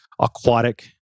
aquatic